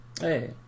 Hey